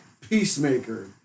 peacemaker